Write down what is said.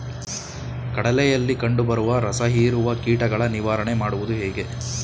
ಕಡಲೆಯಲ್ಲಿ ಕಂಡುಬರುವ ರಸಹೀರುವ ಕೀಟಗಳ ನಿವಾರಣೆ ಮಾಡುವುದು ಹೇಗೆ?